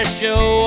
show